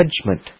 judgment